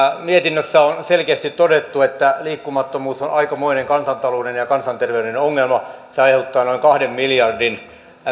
mietinnössä on selkeästi todettu että liikkumattomuus on aikamoinen kansantaloudellinen ja kansanterveydellinen ongelma se aiheuttaa noin kahden miljardin